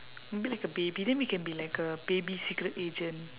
maybe like a baby then we can be like a baby secret agent